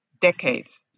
decades